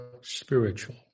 spiritual